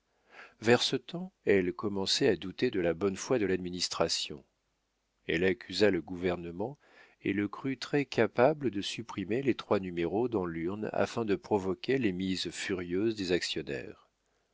vers ce temps elle commençait à douter de la bonne foi de l'administration elle accusa le gouvernement et le crut très-capable de supprimer les trois numéros dans l'urne afin de provoquer les mises furieuses des actionnaires